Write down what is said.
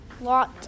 lot